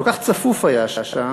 כל כך צפוף היה שם,